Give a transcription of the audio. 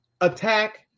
attack